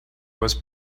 was